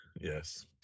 yes